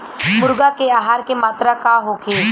मुर्गी के आहार के मात्रा का होखे?